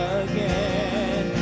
again